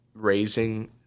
raising